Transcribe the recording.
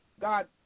God